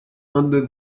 under